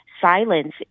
Silence